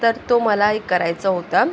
तर तो मला एक करायचा होता